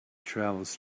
travels